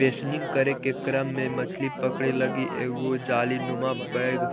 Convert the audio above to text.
बेसनिंग करे के क्रम में मछली पकड़े लगी एगो जालीनुमा बैग